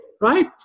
Right